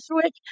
switch